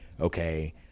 okay